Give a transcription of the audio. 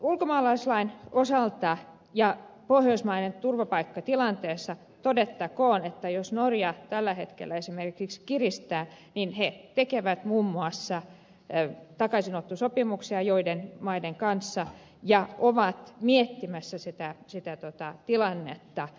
ulkomaalaislain osalta ja pohjoismaisesta turvapaikkatilanteesta todettakoon että jos norja tällä hetkellä esimerkiksi kiristää niin he tekevät muun muassa takaisinottosopimuksia joidenkin maiden kanssa ja ovat miettimässä sitä tilannetta